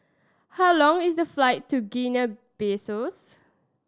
how long is the flight to Guinea Bissaus